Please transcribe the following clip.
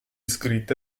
scritte